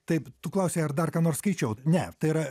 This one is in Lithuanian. taip tu klausei ar dar ką nors skaičiau ne tai yra